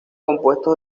compuesto